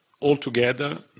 altogether